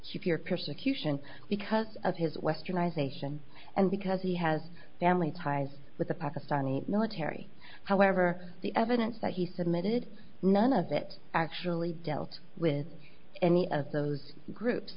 your persecution because of his westernized nations and because he has family ties with the pakistani military however the evidence that he submitted none of it actually dealt with any of those groups